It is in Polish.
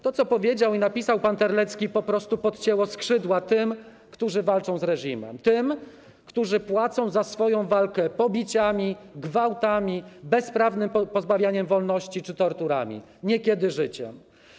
To, co powiedział i napisał pan Terlecki, po prostu podcięło skrzydła tym, którzy walczą z reżimem, tym, którzy płacą za swoją walkę pobiciami, gwałtami, bezprawnym pozbawianiem wolności czy torturami, niekiedy życiem.